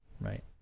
right